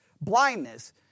blindness